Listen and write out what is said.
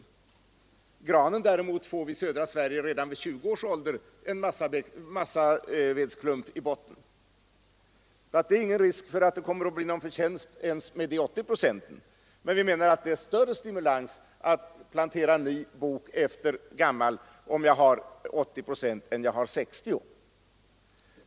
Av granen däremot får vi i södra Sverige redan efter 20 år en massavedsklump i botten. Det är alltså ingen risk för att det blir någon förtjänst ens med 80 procents bidrag, men vi menar att stimulansen blivit större att plantera ny bok efter gammal om jag har 20 procents bidrag än om jag har 60 procent.